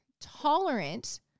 tolerant